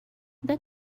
that